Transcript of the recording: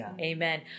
Amen